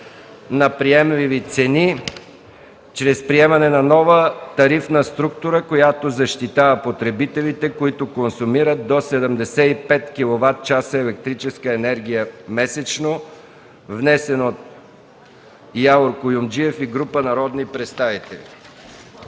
на приемливи цени чрез приемане на нова тарифна структура, която защитава потребителите, които консумират до 75 киловатчаса електрическа енергия месечно, внесен от Явор Куюмджиев и група народни представители.